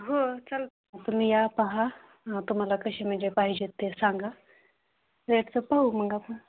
हो चालंल तुम्ही या पहा तुम्हाला कसे म्हणजे पाहिजेत ते सांगा रेटचं पाहू मग